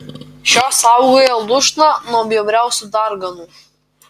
šios saugojo lūšną nuo bjauriausių darganų